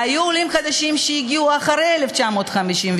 והיו עולים חדשים שהגיעו אחרי 1953,